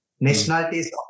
nationalities